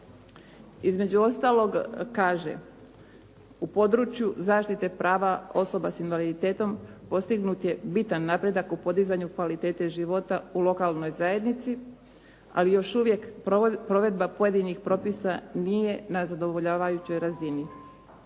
Između ostalog kaže. U području zaštite prava osoba sa invaliditetom postignut je bitan napredak u podizanju kvalitete života u lokalnoj zajednici, ali još uvijek provedba pojedinih propisa nije na zadovoljavajućoj razini.